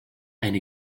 eine